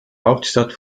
hauptstadt